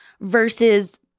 versus